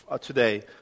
today